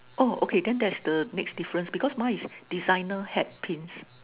oh okay then that is the next difference because mine is designer hat pins